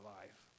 life